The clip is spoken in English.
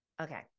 Okay